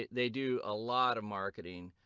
they do a lot of marketing,